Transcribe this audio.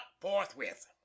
forthwith